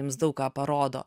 jums daug ką parodo